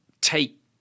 take